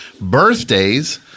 Birthdays